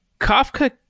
Kafka